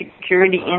security